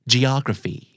Geography